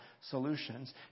solutions